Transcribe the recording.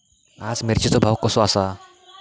आज मिरचेचो भाव कसो आसा?